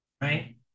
Right